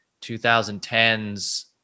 2010s